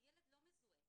הילד לא מזוהה,